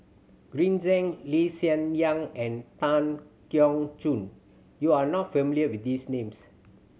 Green Zeng Lee Hsien Yang and Tan Keong Choon you are not familiar with these names